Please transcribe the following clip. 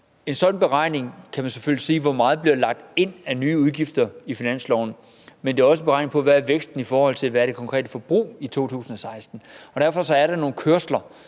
en sådan beregning kan man selvfølgelig spørge, hvor meget der bliver lagt ind af nye udgifter i finansloven. Men det er også en beregning på, hvad væksten er i forhold til det konkrete forbrug i 2016. Derfor er der nogle kørsler,